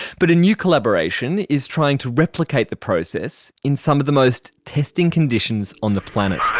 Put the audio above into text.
but a new collaboration is trying to replicate the process in some of the most testing conditions on the planet.